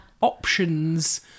options